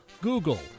Google